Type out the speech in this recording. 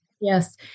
Yes